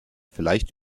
vielleicht